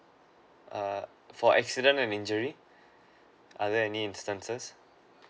err for accident an injury are there any instances